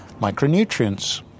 micronutrients